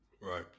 Right